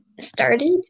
started